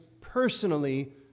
personally